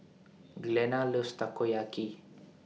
Glenna loves Takoyaki